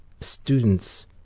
students